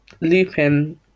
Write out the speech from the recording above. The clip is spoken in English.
Looping